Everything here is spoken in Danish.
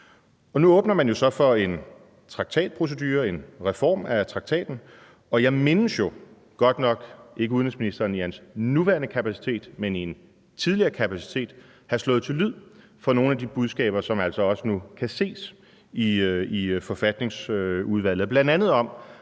og nu åbner man jo så for en traktatprocedure, altså en reform af traktaten. Og jeg mindes jo, at udenrigsministeren – godt nok ikke i sin nuværende kapacitet af udenrigsminister, men i en tidligere kapacitet – har slået til lyd for nogle af de budskaber, som altså også kan ses i forfatningsudvalget,